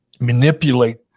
manipulate